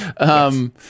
yes